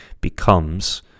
becomes